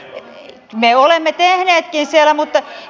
me olemme tehneetkin siellä mutta